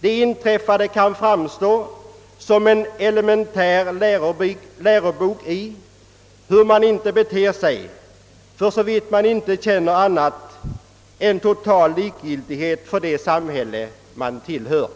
Det inträffade kan framstå som ett elementärt läroexempel på hur man inte beter sig, såvitt man inte känner annat än total likgiltighet för det samhälle man tillhör.